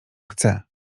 chce